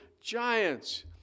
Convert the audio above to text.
giants